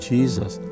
Jesus